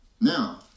Now